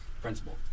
principle